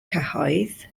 cyhoedd